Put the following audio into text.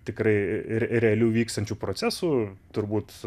tikrai ir realių vykstančių procesų turbūt